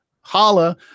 Holla